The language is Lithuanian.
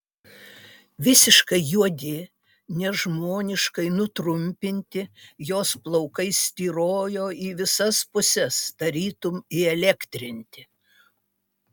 visiškai juodi nežmoniškai nutrumpinti jos plaukai styrojo į visas puses tarytum įelektrinti